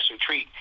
treat